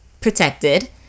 protected